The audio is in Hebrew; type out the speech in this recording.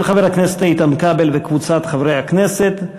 של חבר הכנסת איתן כבל וקבוצת חברי הכנסת.